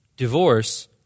Divorce